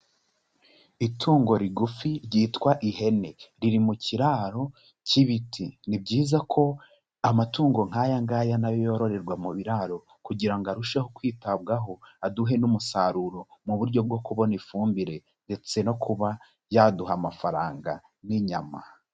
Itungo rigufi ryitwa ihene riri mu kiraro cy'ibiti. Ni byiza ko amatungo nk'aya ngaya na yo yororerwa mu biraro kugira ngo arusheho kwitabwaho aduhe n'umusaruro mu buryo bwo kubona ifumbire, ndetse no kuba yaduha amafaranga n'inyama.